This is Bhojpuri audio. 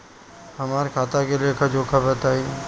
हमरा खाता के लेखा जोखा बताई?